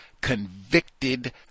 convicted